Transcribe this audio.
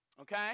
Okay